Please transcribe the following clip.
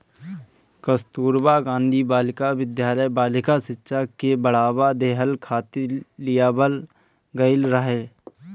कस्तूरबा गांधी बालिका विद्यालय बालिका शिक्षा के बढ़ावा देहला खातिर लियावल गईल रहे